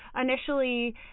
Initially